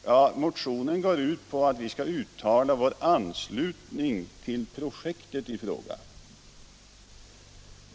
Ja, motionen går ut på att vi skall uttala vår anslutning till projektet i fråga.